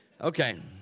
Okay